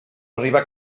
arribar